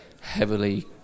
heavily